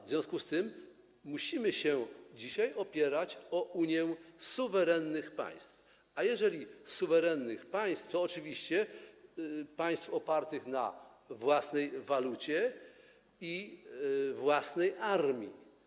W związku z tym musimy dzisiaj opierać się na Unii suwerennych państw, a jeżeli suwerennych państw, to oczywiście państw opartych na własnej walucie i własnej armii.